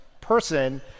person